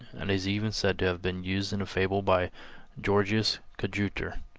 and is even said to have been used in a fable by georgius coadjutor,